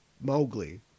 Mowgli